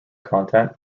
content